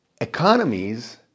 economies